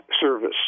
service